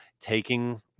taking